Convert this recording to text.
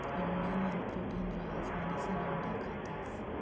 अंडा मान प्रोटीन रहास म्हणिसन अंडा खातस